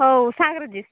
ହଉ ସାଙ୍ଗରେ ଯିବା